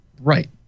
Right